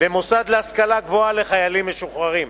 במוסד להשכלה גבוהה לחיילים משוחררים.